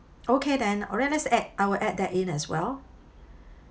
okay then alright let's add I will add that in as well